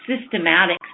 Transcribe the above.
systematic